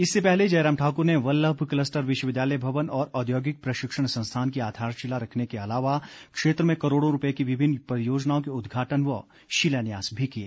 इससे पहले जयराम ठाकुर ने वल्लभ क्लस्टर विश्वविद्यालय भवन और औद्योगिक प्रशिक्षण संस्थान की आधारशिला रखने के अलावा क्षेत्र में करोड़ों रुपये की विभिन्न परियोजनाओं के उदघाटन व शिलान्यास भी किए